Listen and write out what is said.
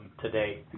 today